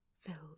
filled